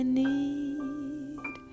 need